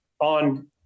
on